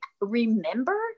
remember